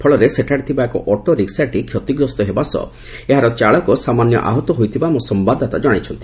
ଫଳରେ ସେଠାରେ ଥିବା ଏକ ଅଟୋ ରିକ୍ନାଟି ଷତିଗ୍ରସ୍ତ ହେବା ସହ ଏହାର ଚାଳକ ସାମାନ୍ୟ ଆହତ ହୋଇଥିବା ଆମ ସମ୍ୟାଦଦାତା ଜଣାଇଛନ୍ତି